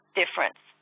difference